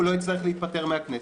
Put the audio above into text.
הוא לא יצטרך להתפטר מהכנסת,